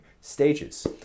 stages